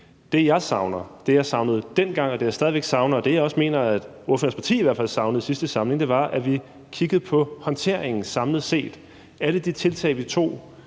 det, jeg stadig væk savner, og det, jeg også mener ordførerens parti i hvert fald savnede i sidste samling, er, at vi kiggede på håndteringen samlet set – alle de tiltag, vi tog.